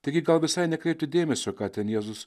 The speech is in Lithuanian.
taigi gal visai nekreipti dėmesio ką ten jėzus